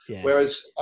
Whereas